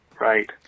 Right